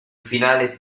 finale